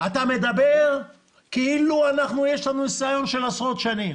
אתה מדבר כאילו יש לנו ניסיון של עשרות שנים.